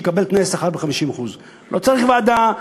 שיקבל תנאי שכר בשיעור 50%. לא צריך ועדה,